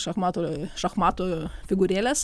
šachmatų šachmatų figūrėlės